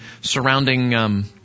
surrounding